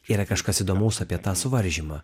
yra kažkas įdomaus apie tą suvaržymą